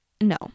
no